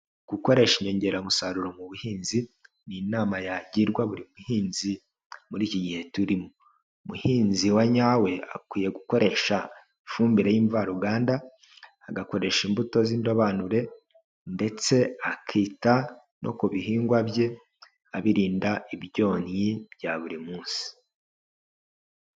Gukoresha inyongeramusaruro mu buhinzi, ni inama yagirwa buri buhinzi muri iki gihe turimo. Umuhinzi wanyawe, akwiye gukoresha ifumbire y'imvaruganda, agakoresha imbuto z'indobanure ndetse akita no ku bihingwa bye, abirinda ibyonnyi bya buri munsi.